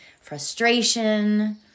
frustration